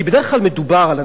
כי בדרך כלל מדובר על,